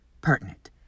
pertinent